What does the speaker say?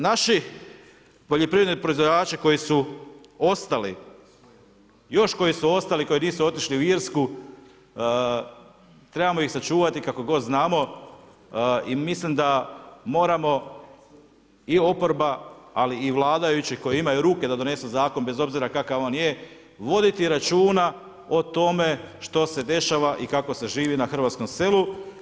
Naši poljoprivredni proizvođači, koji su ostali, još koji su ostali koji nisu otišli u Irsku, trebamo ih sačuvati kako god znamo i mislim da moramo i oporba ali i vladajući koji imaju ruke da donesu zakon, bez obzira kakav on je, voditi računa, o tome, što se dešava i kako se živi na hrvatskom selu.